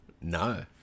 No